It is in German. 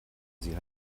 sie